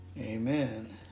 Amen